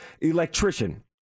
Electrician